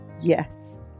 Yes